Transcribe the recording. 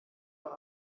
eure